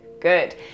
good